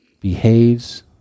behaves